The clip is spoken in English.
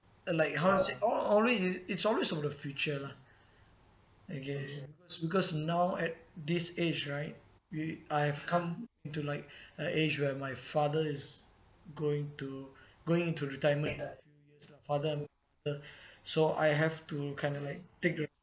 and like how to say al~ always it's always on the future lah I guess because now at this age right we I've come into like a age where my father is going to going into retirement lah father and mother so I have to kind of like take re~